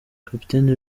capitaine